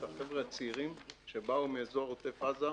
החבר'ה הצעירים שבאו מאזור עוטף עזה.